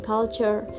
Culture